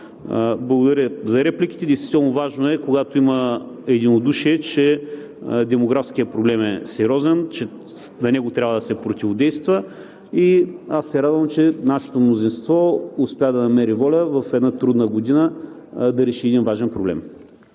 Благодаря. За репликите действително важно е, когато има единодушие, че демографският проблем е сериозен, че на него трябва да се противодейства и аз се радвам, че нашето мнозинство успя да намери воля в една трудна година да реши един важен проблем.